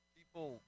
People